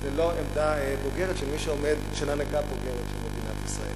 זה לא עמדה בוגרת של הנהגה בוגרת של מדינת ישראל.